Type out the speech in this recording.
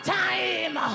time